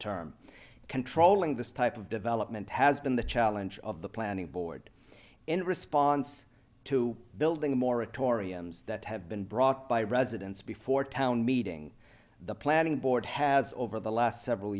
term controlling this type of development has been the challenge of the planning board in response to building moratoriums that have been brought by residents before town meeting the planning board has over the last several